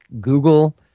Google